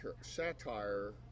satire